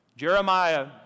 Jeremiah